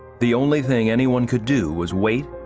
the only thing anyone could do was wait,